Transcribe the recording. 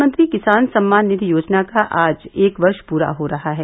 प्रधानमंत्री किसान सम्मान निधि योजना का आज एक वर्ष पूरा हो रहा है